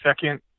second